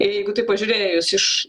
jeigu taip pažiūrėjus iš